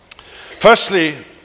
Firstly